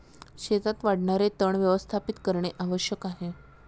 शेतात वाढणारे तण व्यवस्थापित करणे आवश्यक आहे